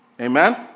Amen